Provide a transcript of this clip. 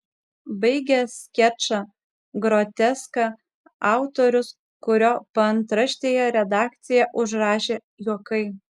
baigia skečą groteską autorius kurio paantraštėje redakcija užrašė juokai